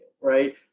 right